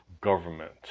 government